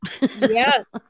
Yes